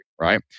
right